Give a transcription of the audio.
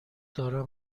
دارم